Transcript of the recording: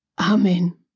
Amen